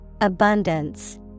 Abundance